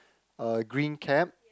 uh green cap